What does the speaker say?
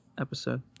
episode